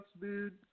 dude